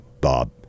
Bob